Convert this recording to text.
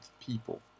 people